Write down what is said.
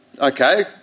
Okay